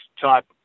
type